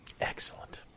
Excellent